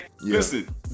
Listen